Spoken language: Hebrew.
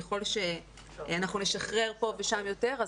ככל שנשחרר פה ושם יותר,